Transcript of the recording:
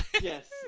Yes